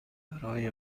برای